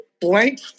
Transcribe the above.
blank